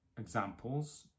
examples